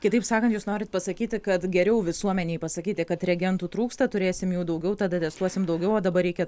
kitaip sakant jūs norit pasakyti kad geriau visuomenei pasakyti kad reagentų trūksta turėsim jų daugiau tada testuosim daugiau o dabar reikia